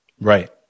Right